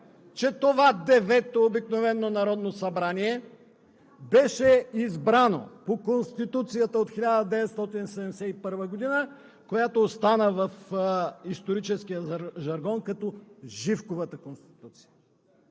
че това Девето обикновено народно събрание беше избрано по Конституцията от 1971 г., която остана в историческия жаргон като Живковата Конституция.